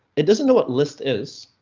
it doesn't know what list is.